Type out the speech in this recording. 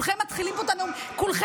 לא,